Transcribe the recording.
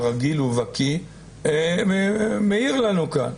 הרגיל ובקיא, מאיר לנו כאן.